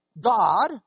God